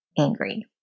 angry